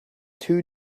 two